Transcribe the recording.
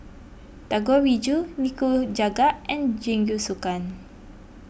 Dangoriju Nikujaga and Jingisukan